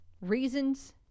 Reasons